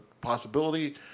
possibility